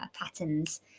patterns